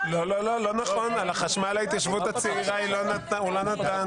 לא, לא, על החשמל להתיישבות הצעירה הוא לא נתן.